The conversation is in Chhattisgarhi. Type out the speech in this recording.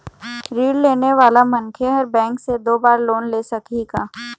ऋण लेने वाला मनखे हर बैंक से दो बार लोन ले सकही का?